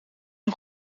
een